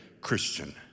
Christian